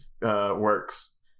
works